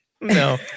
no